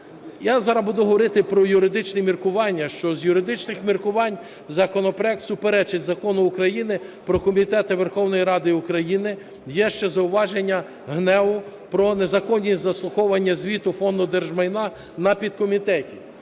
Я зараз буду говорити про юридичні міркування, що з юридичних міркувань законопроект суперечить Закону України "Про комітети Верховної Ради України", є ще зауваження ГНЕУ про незаконні заслуховування звіту Фонду держмайна на підкомітеті.